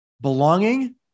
belonging